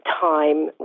time